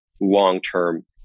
long-term